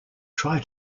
try